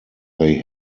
they